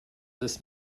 this